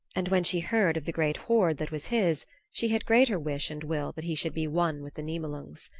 and when she heard of the great hoard that was his she had greater wish and will that he should be one with the nibelungs.